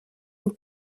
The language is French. une